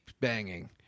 banging